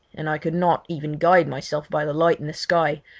and i could not even guide myself by the light in the sky,